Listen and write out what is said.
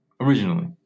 originally